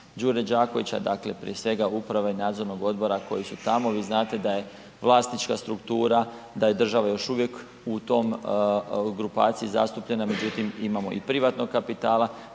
Đure Đakovića, dakle prije svega uprave i nadzornog odbora koji su tamo, vi znate da je vlasnička struktura, da je država još uvijek u tom, grupaciji zastupljena međutim imamo i privatnog kapitala